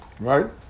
right